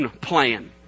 plan